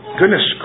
goodness